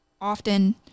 often